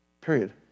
Period